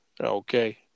Okay